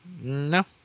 No